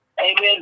Amen